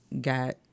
got